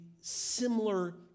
similar